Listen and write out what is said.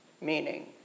meaning